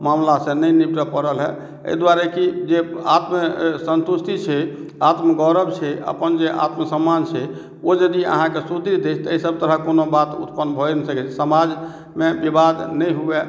मामलासँ नहि निपटे पड़लहए एहि दुआरे की जे आत्मसन्तुष्टि छै आत्मगौरव छै अपन जे आत्मसम्मान छै ओ यदि अहाँके सुढृढ़ अछि तऽ एहिसब तरहके कोनो बात उत्पन्न भइए नहि सकै छै समाजमे विवाद नहि हुअए